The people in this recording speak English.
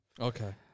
Okay